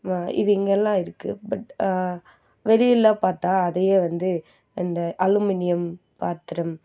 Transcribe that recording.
மா இது இங்கெல்லாம் இருக்குது பட் வெளியிலலாம் பார்த்தா அதையே வந்து அந்த அலுமினியம் பாத்திரம்